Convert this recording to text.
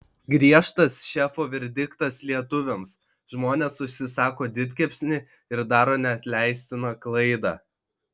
griežtas šefo verdiktas lietuviams žmonės užsisako didkepsnį ir daro neatleistiną klaidą